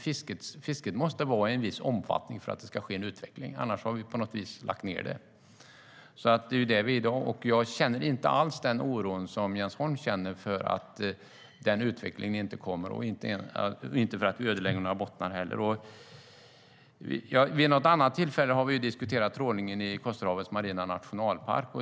Fisket måste vara av en viss omfattning för att det ska ske en utveckling. Annars har vi på något vis lagt ned det. Det är där vi är i dag. Jag känner inte alls den oro som Jens Holm känner för att denna utveckling inte kommer och inte heller för att vi ödelägger några bottnar. Vid något annat tillfälle har vi diskuterat trålningen i Kosterhavets marina nationalpark.